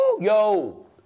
yo